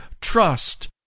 trust